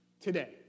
today